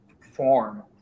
form